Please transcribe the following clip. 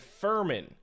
Furman